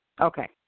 Okay